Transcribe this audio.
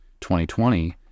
2020